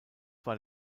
war